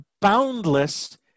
boundless